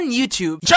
YouTube